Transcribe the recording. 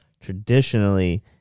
Traditionally